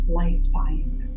lifetime